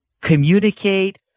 communicate